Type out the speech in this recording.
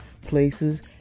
places